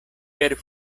per